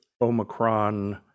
Omicron